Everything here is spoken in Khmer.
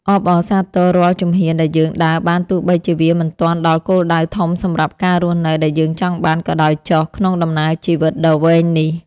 អបអរសាទររាល់ជំហានដែលយើងដើរបានទោះបីជាវាមិនទាន់ដល់គោលដៅធំសម្រាប់ការរស់នៅដែលយើងចង់បានក៏ដោយចុះក្នុងដំណើរជីវិតដ៏វែងនេះ។